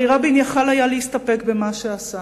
הרי רבין יכול היה להסתפק במה שעשה,